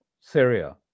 Syria